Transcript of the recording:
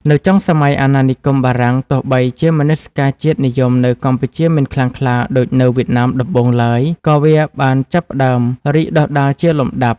នៅចុងសម័យអាណានិគមបារាំង ទោះបីជាមនសិការជាតិនិយមនៅកម្ពុជាមិនខ្លាំងក្លាដូចនៅវៀតណាមដំបូងឡើយ ក៏វាបានចាប់ផ្តើមរីកដុះដាលជាលំដាប់។